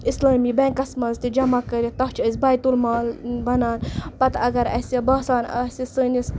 اِسلٲمی بٮ۪نٛکَس منٛز تہِ جمع کٔرِتھ تَتھ چھِ أسۍ بیتُ المال بَنان پَتہٕ اگر اَسہِ باسان آسہِ سٲنِس